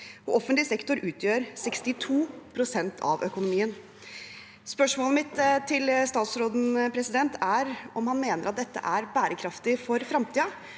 Offentlig sektor utgjør 62 pst. av økonomien. Spørsmålet mitt til statsråden er om han mener at dette er bærekraftig for fremtiden.